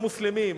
לא-מוסלמים,